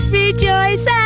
rejoice